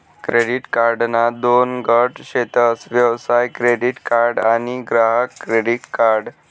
credit कार्डना दोन गट शेतस व्यवसाय क्रेडीट कार्ड आणि ग्राहक क्रेडीट कार्ड